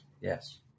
yes